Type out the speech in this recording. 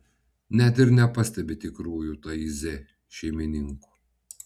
net ir nepastebi tikrųjų taize šeimininkų